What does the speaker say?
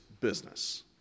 business